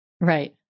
Right